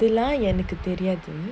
எனக்குதெரியாது:enaku theriathu